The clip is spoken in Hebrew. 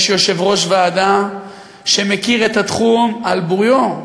יש יושב-ראש ועדה שמכיר את התחום על בוריו,